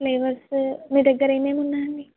flavours మీ దగ్గర ఏమేమున్నాయి అండి